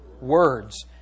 Words